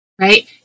right